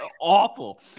awful